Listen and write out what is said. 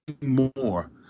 more